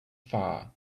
far